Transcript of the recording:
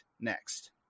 next